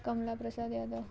Kamala Prasad Yadav